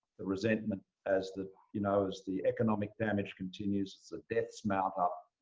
the resentment as the you know as the economic damage continues, as the deaths mount up,